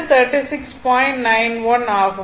61 ஆகும்